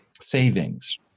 savings